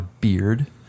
beard